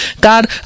god